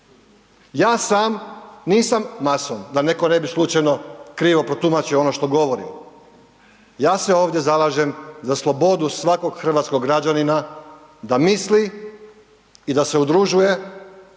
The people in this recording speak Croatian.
Ja sam nisam mason, da netko ne bi slučajno krivo protumačio ono što govorim. Ja se ovdje zalažem za slobodu svakog hrvatskog građanina da misli i da se udružuje